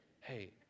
Hey